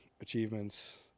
achievements